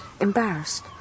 embarrassed